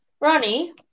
Ronnie